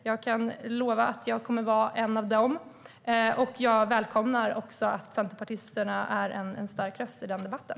Jag kan lova att jag kommer att vara en av dem. Jag välkomnar att också centerpartisterna står för en stark röst i den debatten.